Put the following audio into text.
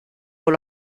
con